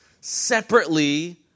separately